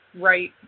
right